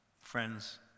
friends